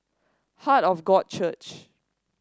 Heart of God Church